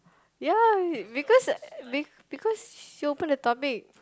yeah because because she open the topic